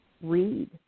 read